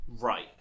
Right